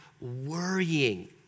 worrying